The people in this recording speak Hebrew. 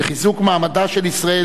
בחיזוק מעמדה של ישראל,